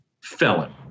felon